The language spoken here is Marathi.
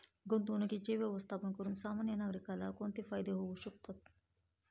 गुंतवणुकीचे व्यवस्थापन करून सामान्य नागरिकाला कोणते फायदे होऊ शकतात?